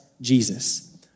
Jesus